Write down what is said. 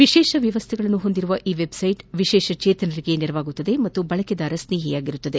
ವಿಶೇಷ ಮ್ಲವಸ್ಥೆಗಳನ್ನು ಹೊಂದಿರುವ ಈ ವೆಬ್ಸೈಟ್ ವಿಶೇಷಚೇತನರಿಗೆ ನೆರವಾಗಲಿದೆ ಹಾಗೂ ಬಳಕೆದಾರ ಸ್ನೇಹಿಯಾಗಿರುತ್ತದೆ